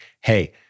hey